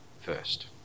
first